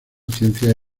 ciencias